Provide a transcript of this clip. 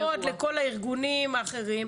עם כל הכבוד לכל הגופים האחרים,